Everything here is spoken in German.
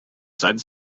seitens